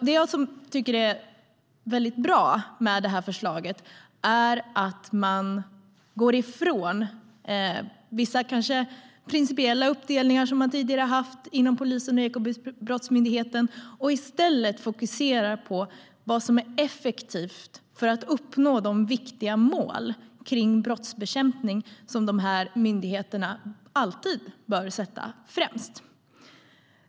Det jag tycker är bra med förslaget är att man går ifrån vissa kanske principiella uppdelningar som tidigare har funnits inom polisen och Ekobrottsmyndigheten och i stället fokuserar på vad som är effektivt för att uppnå de viktiga mål för brottsbekämpning som dessa myndigheter alltid bör sätta främst.